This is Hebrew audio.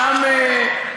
שם קיימנו את ישיבת,